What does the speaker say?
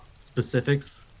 specifics